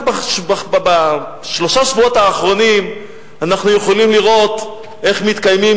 רק בשלושת השבועות האחרונים אנחנו יכולים לראות איך מתקיימים